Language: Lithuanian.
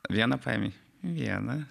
vieną paėmei vieną